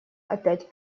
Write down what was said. опять